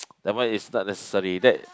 that one is not necessary that